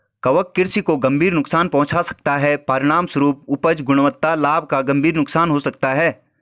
कवक कृषि को गंभीर नुकसान पहुंचा सकता है, परिणामस्वरूप उपज, गुणवत्ता, लाभ का गंभीर नुकसान हो सकता है